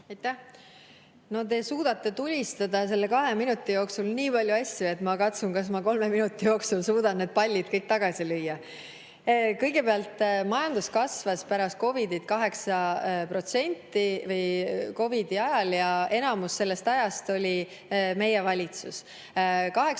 te suudate tulistada selle kahe minuti jooksul õige palju asju, ma katsun kolme minuti jooksul need pallid kõik tagasi lüüa. Kõigepealt, majandus kasvas pärast COVID-it 8%, või COVID-i ajal, ja enamus sellest ajast oli meie valitsus